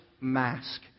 mask